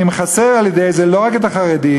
אני מכסה על-ידי זה לא רק את החרדים,